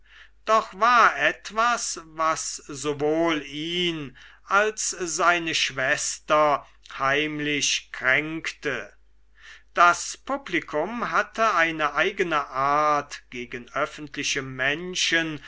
doch war etwas was sowohl ihn als seine schwester heimlich kränkte das publikum hat eine eigene art gegen öffentliche menschen